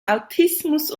autismus